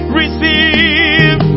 receive